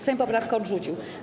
Sejm poprawkę odrzucił.